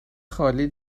خالی